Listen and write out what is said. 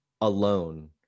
alone